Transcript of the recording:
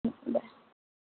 हं बाय